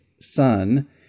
son